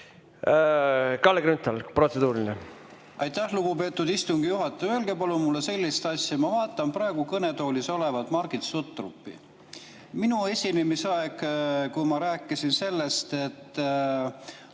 Kalle Grünthal, protseduuriline. Aitäh, lugupeetud istungi juhataja! Öelge palun mulle sellist asja. Ma vaatan praegu kõnetoolis olevat Margit Sutropit. Minu esinemise ajal, kui ma rääkisin sellest, et